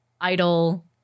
idol